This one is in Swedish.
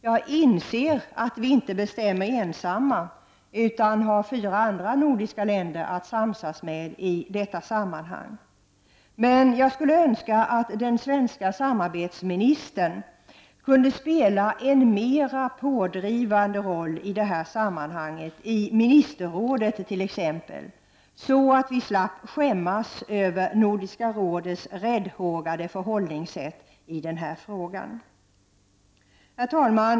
Jag inser att vi inte bestämmer ensamma, utan har fyra andra länder att samsas med i detta sammanhang, men jag skulle önska att den svenska samarbetsministern kunde spela en mera pådrivande roll i detta sammanhang, t.ex. i ministerrådet, så att vi slapp skämmas för Nordiska rådets räddhågade förhållningssätt i denna fråga. Herr talman!